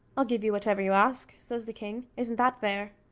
i'll give you whatever you ask, says the king isn't that fair?